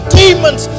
demons